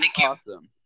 awesome